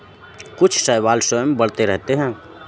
कुछ शैवाल स्वयं बढ़ते रहते हैं